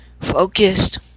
focused